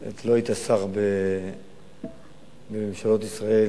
לא היית שר בממשלות ישראל,